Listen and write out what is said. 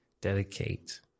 Dedicate